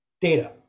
Data